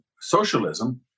socialism